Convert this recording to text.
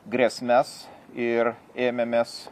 grėsmes ir ėmėmės